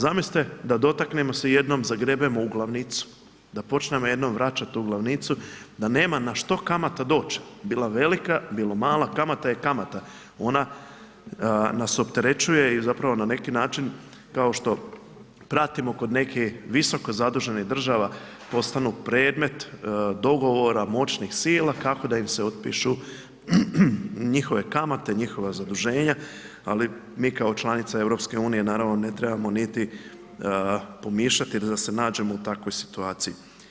Zamislite da dotaknemo se jednom, zagrebemo u glavnicu, da počnemo jednom vraćat tu glavnicu, da nema na što kamata doć, bila velika, bila mala, kamata je kamata, ona nas opterećuje i zapravo na neki način kao što pratimo kod neke visoko zaduženih država postanu predmet dogovora moćnih sila kako da im se otpišu njihove kamate, njihova zaduženja, ali mi kao članica EU naravno ne trebamo niti pomišljati da se nađemo u takvoj situaciji.